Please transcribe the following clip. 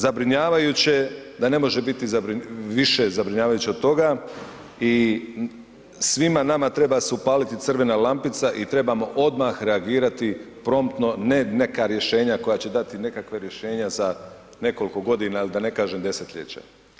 Zabrinjavajuće da ne može biti više zabrinjavajuće od toga i svima nama treba se upaliti crvena lampica i trebamo odmah reagirati promptno, ne neka rješenja koja će dati nekakva rješenja za nekoliko godina ili da ne kažem desetljeća.